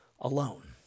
alone